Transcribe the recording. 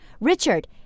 Richard